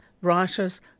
writers